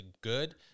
good